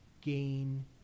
gain